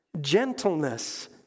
gentleness